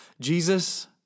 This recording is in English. Jesus